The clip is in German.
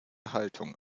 haltung